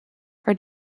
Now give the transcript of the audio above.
are